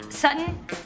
Sutton